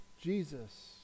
Jesus